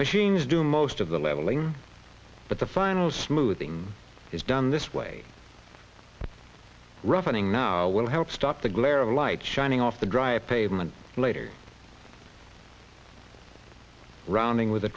machines do most of the leveling but the final smoothing is done this way roughing now will help stop the glare of light shining off the dry pavement later rounding with